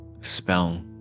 spell